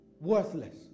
worthless